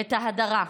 את ההדרה,